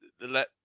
let